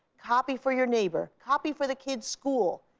copy for your neighbor, copy for the kids' school,